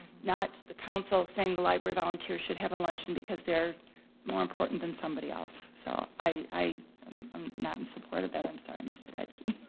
not the council saying the library volunteers should have a luncheon because they're more important than somebody else. so i am um not in support of that. i'm sorry, mister radke.